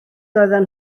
doedden